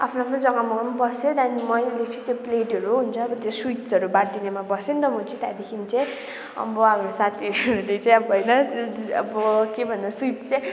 आफ्नो आफ्नो जग्गामा बस्यौँ त्यहाँदेखि मैले चाहिँ त्यो प्लेटहरू हुन्छ अब त्यो स्विट्सहरू बाँडिदिनेमा बसेँ नि त म चाहिँ त्यहाँदेखि चाहिँ आम्बो हाम्रो साथीहरूले चाहिँ अब होइन अब के भन्नु स्विट्स चाहिँ